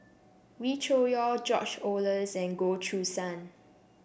Wee Cho Yaw George Oehlers and Goh Choo San